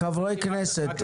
חברי הכנסת,